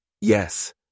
Yes